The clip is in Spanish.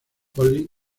holly